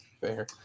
Fair